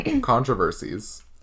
Controversies